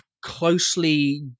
closely